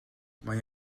mae